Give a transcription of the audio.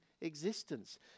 existence